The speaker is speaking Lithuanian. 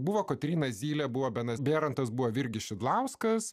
buvo kotryna zylė buvo benas bėrontas buvo virgis šidlauskas